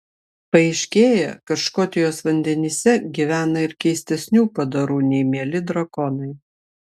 paaiškėja kad škotijos vandenyse gyvena ir keistesnių padarų nei mieli drakonai